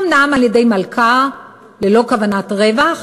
אומנם על-ידי מלכ"ר, ללא כוונת רווח,